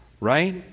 Right